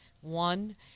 one